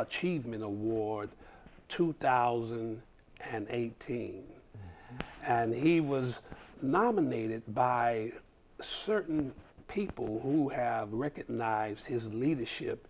achievement award two thousand and eighteen and he was nominated by certain people who have recognized his leadership